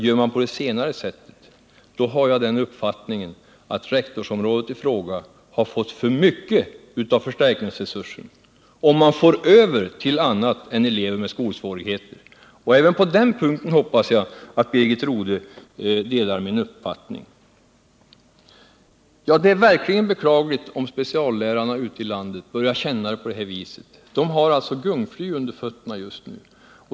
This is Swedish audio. Gör man på det senare sättet har jag den uppfattningen att rektorsområdet i fråga har fått för mycket av förstärkningsresursen, dvs. om man får över till annat än elever med skolsvårigheter. Även på denna punkt hoppas jag att Birgit Rodhe delar min uppfattning. Det är verkligen beklagligt om speciallärarna ute i landet börjar känna det på det här viset. De har alltså just nu ett gungfly under fötterna.